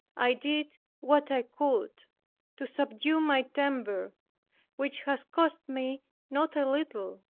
i did what i could to subdue my temper which has cost me not a little.